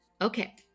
Okay